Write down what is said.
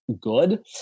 good